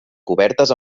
cobertes